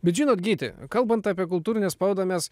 bet žinot gyti kalbant apie kultūrinę spaudą mes